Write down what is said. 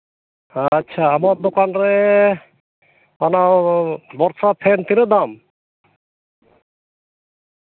ᱟᱪᱪᱷᱟ ᱟᱢᱟᱜ ᱫᱚᱠᱟᱱ ᱨᱮ ᱚᱱᱟ ᱵᱚᱨᱯᱷᱟ ᱯᱷᱮᱱ ᱛᱤᱱᱟᱹᱜ ᱫᱟᱢ